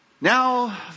Now